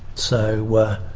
so we're